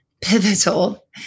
pivotal